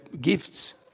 gifts